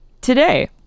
today